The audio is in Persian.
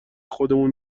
خودمون